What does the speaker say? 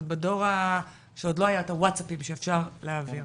עוד בדור שלא היה ווטסאפים שאפשר להעביר,